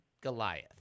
Goliath